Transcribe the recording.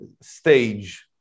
stage